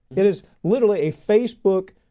it is literally a facebook,